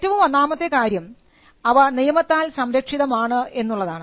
ഏറ്റവും ഒന്നാമത്തെ കാര്യം അവ നിയമത്താൽ സംരക്ഷിതമാണ് എന്നുള്ളതാണ്